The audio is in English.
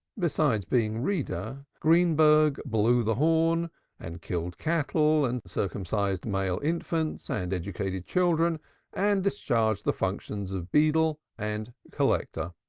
besides being reader, greenberg blew the horn and killed cattle and circumcised male infants and educated children and discharged the functions of beadle and collector.